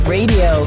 Radio